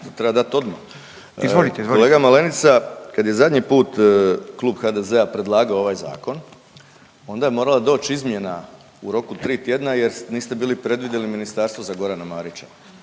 Arsen (SDP)** Kolega Malenica kad je zadnji put klub HDZ-a predlagao ovaj zakon onda je morala doć izmijenjena u roku tri tjedna jer niste bili predvidjeli ministarstvo za Gorana Marića